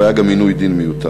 והיה גם עינוי דין מיותר.